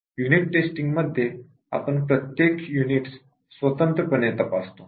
unit testing मध्ये आपण प्रत्येक युनिट्स स्वतंत्रपणे तपासतो